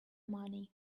money